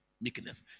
meekness